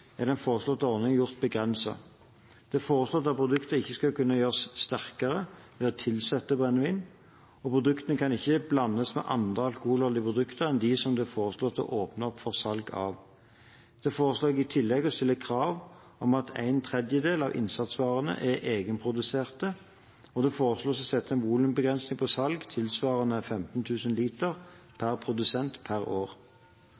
er den foreslåtte ordningen gjort begrenset. Det er foreslått at produktene ikke skal kunne gjøres sterkere ved å tilsette brennevin, og produktene kan ikke blandes med andre alkoholholdige produkter enn dem det er foreslått å åpne opp for salg av. Det foreslås i tillegg å stille krav om at en tredjedel av innsatsvarene er egenproduserte, og det foreslås å sette en volumbegrensning på salg tilsvarende 15 000 liter per produsent per år.